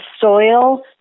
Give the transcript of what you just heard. soil